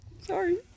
Sorry